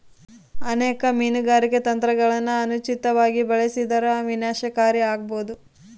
ಅನೇಕ ಮೀನುಗಾರಿಕೆ ತಂತ್ರಗುಳನ ಅನುಚಿತವಾಗಿ ಬಳಸಿದರ ವಿನಾಶಕಾರಿ ಆಬೋದು